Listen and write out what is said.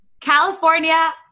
California